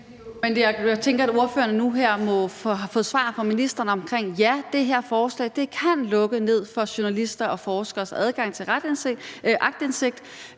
Jeg tænker, at ordførerne nu her har fået svar fra ministeren om, at ja, det her lovforslag kan lukke ned for journalisters og forskeres adgang til aktindsigt,